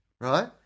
right